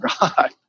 God